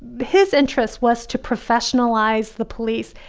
his interest was to professionalize the police.